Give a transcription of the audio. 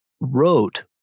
wrote